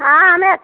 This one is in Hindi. हाँ हमें